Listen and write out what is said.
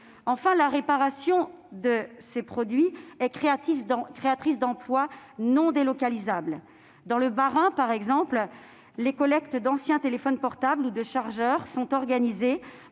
Enfin, la réparation de ces produits est créatrice d'emplois non délocalisables. Dans le Bas-Rhin, par exemple, les collectes d'anciens téléphones portables ou de chargeurs sont organisées